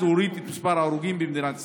להוריד את מספר ההרוגים במדינת ישראל.